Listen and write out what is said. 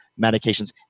medications